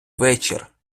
вечір